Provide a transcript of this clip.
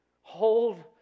Hold